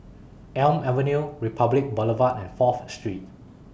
Elm Avenue Republic Boulevard and Fourth Street